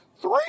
Three